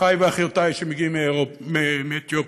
אחי ואחיותי שמגיעים מאתיופיה.